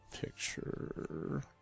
picture